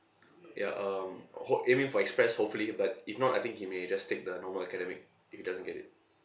ya um hope~ aiming for express hopefully but if not I think he may just take the normal academic if he doesn't get it